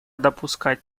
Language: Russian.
допускать